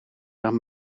een